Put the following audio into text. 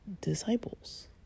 disciples